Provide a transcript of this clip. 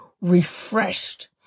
refreshed